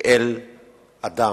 כאל אדם.